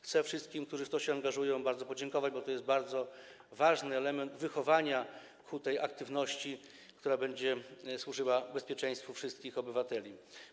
Chcę wszystkim, którzy w to się angażują, bardzo podziękować, bo to jest bardzo ważny element wychowania ku aktywności, która będzie służyła bezpieczeństwu wszystkich obywateli.